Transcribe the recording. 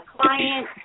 client